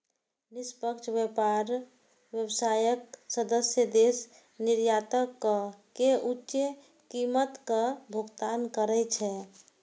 निष्पक्ष व्यापार व्यवस्थाक सदस्य देश निर्यातक कें उच्च कीमतक भुगतान करै छै